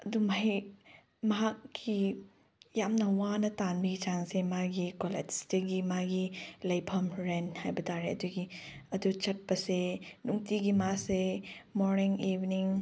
ꯑꯗꯨꯝ ꯃꯍꯩ ꯃꯍꯥꯛꯀꯤ ꯌꯥꯝꯅ ꯋꯥꯅ ꯇꯥꯟꯕꯒꯤ ꯆꯥꯡꯁꯦ ꯃꯥꯒꯤ ꯀꯣꯂꯦꯖꯇꯒꯤ ꯃꯥꯒꯤ ꯂꯩꯐꯝ ꯔꯦꯟꯠ ꯍꯥꯏꯕꯇꯥꯔꯦ ꯑꯗꯨꯒꯤ ꯑꯗꯨ ꯆꯠꯄꯁꯦ ꯅꯨꯡꯇꯤꯒꯤ ꯃꯥꯁꯦ ꯃꯣꯔꯅꯤꯡ ꯏꯚꯤꯅꯤꯡ